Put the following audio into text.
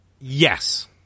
Yes